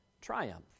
triumph